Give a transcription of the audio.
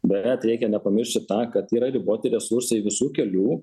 bet reikia nepamiršti tą kad yra riboti resursai visų kelių